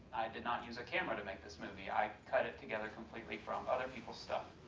did not use a camera to make this movie, i cut it together completely from other people's stuff.